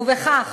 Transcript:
ובכך